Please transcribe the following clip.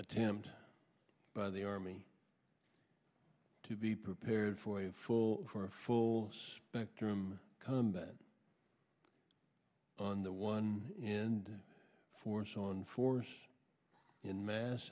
attempt by the army to be prepared for a full or a full spectrum combat on the one and force on force in mass